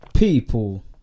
people